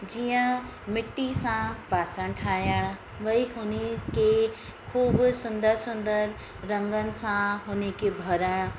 जीअं मिट्टी सां बासण ठाहिण वरी हुनखे खूब सुंदर सुंदर रंगनि सां हुनखे भरणु